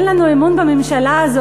אין לנו אמון בממשלה הזאת,